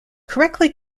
correctly